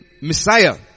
Messiah